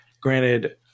granted